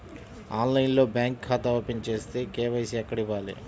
ఆన్లైన్లో బ్యాంకు ఖాతా ఓపెన్ చేస్తే, కే.వై.సి ఎక్కడ ఇవ్వాలి?